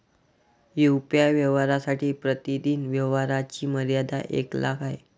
UPI व्यवहारांसाठी प्रतिदिन व्यवहारांची मर्यादा एक लाख आहे